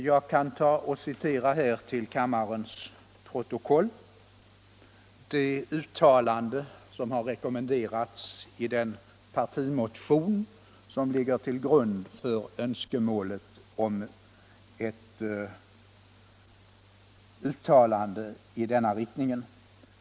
Jag kan till kammarens protokoll citera det uttalande som har rekommenderats i den partimotion som ligger till grund för önskemålet om ett uttalande i denna riktning.